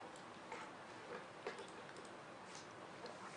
(הקרנת סרטון)